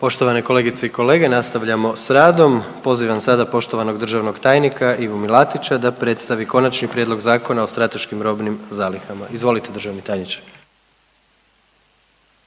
Poštovane kolegice i kolege nastavljamo s radom. Poziva sada poštovanog državnog tajnika Ivu Milatića da predstavi Konačni prijedlog zakona o strateškim robnim zalihama. Izvolite državni tajniče.